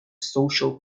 social